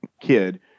kid